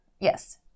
Yes